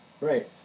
Right